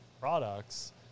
products